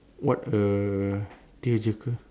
what a theatrical